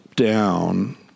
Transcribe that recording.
Down